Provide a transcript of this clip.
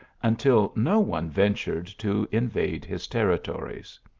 until no one ventured to invade his territories.